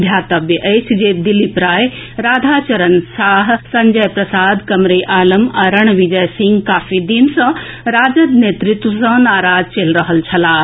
ध्यातव्य अछि जे दिलीप राय राधा चरण साह संजय प्रसाद कमरे आलम आ रणविजय सिंह काफी दिन सॅ राजद नेतृत्व सॅ नाराज चलि रहल छलाह